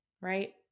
right